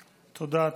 תודה.